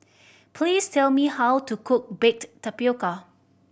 please tell me how to cook baked tapioca